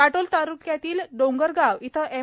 काटोल तालुक्यातील डोंगरगाव येथे एम